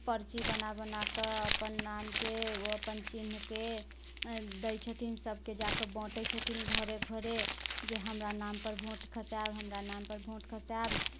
पर्ची बना बनाकऽ अपन नामके अपन चिह्नके दै छथिन सभके जाकऽ बाँटै छथिन घरे घरे जे हमरा नामपर वोट खसायब हमरा नामपर वोट खसायब